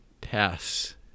Pass